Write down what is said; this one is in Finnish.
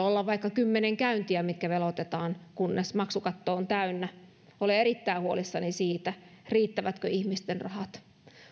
olla vaikka kymmenen käyntiä mitkä veloitetaan kunnes maksukatto on täynnä olen erittäin huolissani siitä riittävätkö ihmisten rahat